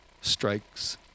strikes